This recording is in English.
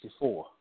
1964